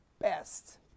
best